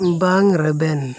ᱵᱟᱝ ᱨᱮᱵᱮᱱ